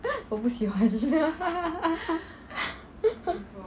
我不喜欢